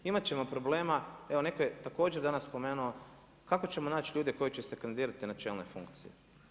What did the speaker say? Imati ćemo problema, evo netko je također danas spomenuo kako ćemo naći ljude koji će se kandidirati na čelne funkcije?